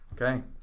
Okay